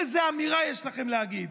איזו אמירה יש לכם להגיד?